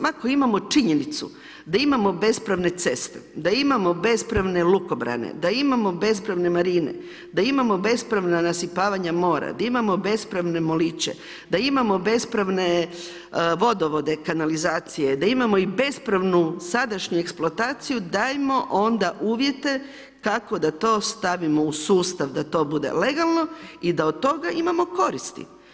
Ako imamo činjenicu da imamo bespravne ceste, da imamo bespravne lukobrane, da imamo bespravne marine, da imamo bespravna nasipavanja mora, da imamo bespravne moliće, da imamo bespravne vodovode, kanalizacije, da imamo i bespravnu sadašnju eksploataciju, dajmo onda uvjete kako da to stavimo u sustav da to bude legalno i da od toga imamo koristi.